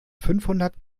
fünfhundert